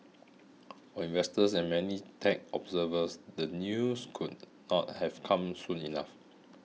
for investors and many tech observers the news could not have come soon enough